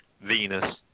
Venus